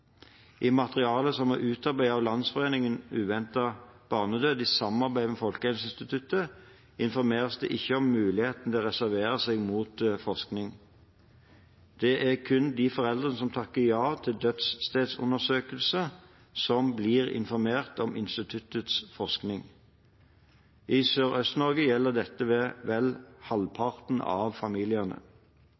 I materialet som er utarbeidet av Landsforeningen uventet barnedød, i samarbeid med Folkehelseinstituttet, informeres det ikke om muligheten til å reservere seg mot forskning. Det er kun de foreldrene som takker ja til dødsstedsundersøkelse, som blir informert om instituttets forskning. I Sørøst-Norge gjelder dette vel halvparten av familiene.